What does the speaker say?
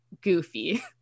goofy